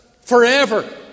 forever